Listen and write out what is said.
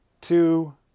two